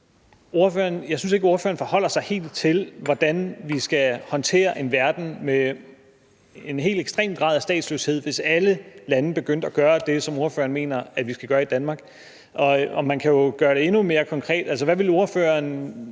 jeg synes ikke, at ordføreren forholder sig helt til, hvordan vi skal håndtere en verden med en helt ekstrem grad af statsløshed, hvis alle lande begyndte at gøre det, som ordføreren mener at vi skal gøre i Danmark. Man kan jo gøre det endnu mere konkret: Der er en